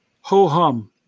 ho-hum